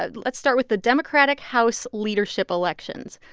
ah let's start with the democratic house leadership elections.